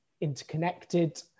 interconnected